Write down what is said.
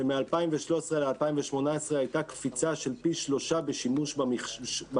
שמ-2013 ל-2018 הייתה קפיצה של פי שלושה בשימוש במחשבים,